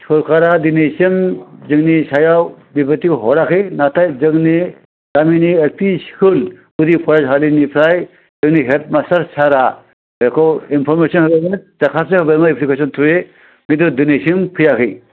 सोरखारा दिनैसिम जोंनि सायाव बेबायदि हराखै नाथाय जोंनि गामिनि एल पि स्कुल गुदि फरायसालिनिफ्राय जोंनि हेद मास्तार सारआ बेखौ इनफ'रमेस'न दरखास्थ' होबाय एफ्लिखेसननि थ्रुयै खिन्थु दिनैसिम फैयाखै